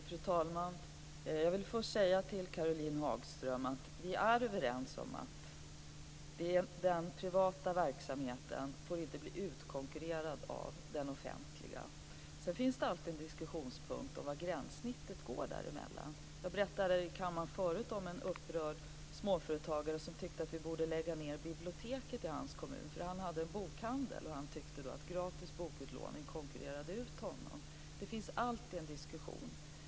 Fru talman! Jag vill först säga till Caroline Hagström att vi är överens om att den privata verksamheten inte får bli utkonkurrerad av den offentliga. Sedan finns det alltid en diskussionspunkt om var gränssnittet går däremellan. Jag berättade förut i kammaren om en upprörd småföretagare som tyckte att vi borde lägga ned biblioteket i hans kommun, därför att han hade en bokhandel och tyckte att gratis bokutlåning konkurrerade ut honom. Det finns alltid en diskussion.